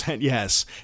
yes